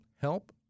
help